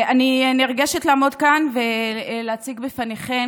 אני נרגשת לעמוד כאן ולהציג בפניכן